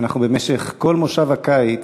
אנחנו במשך כל מושב הקיץ,